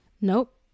Nope